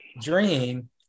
dream